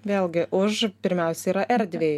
vėlgi už pirmiausia yra erdvei